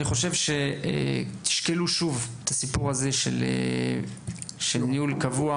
אני חושב שתשקלו שוב את הסיפור הזה של ניהול קבוע,